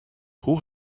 hoe